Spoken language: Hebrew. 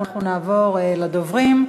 אנחנו נעבור לדוברים.